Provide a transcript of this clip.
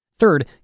Third